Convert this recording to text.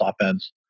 offense